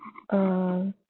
uh